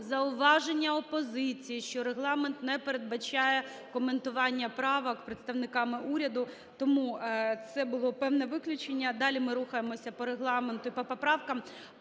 зауваження опозиції, що Регламент не передбачає коментування правок представниками уряду. Тому це було певне виключення, далі ми рухаємося по Регламенту і поправках.